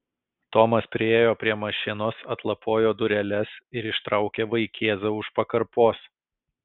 tomas priėjo prie mašinos atlapojo dureles ir ištraukė vaikėzą už pakarpos